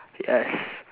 yes